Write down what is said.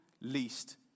least